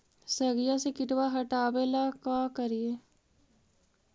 सगिया से किटवा हाटाबेला का कारिये?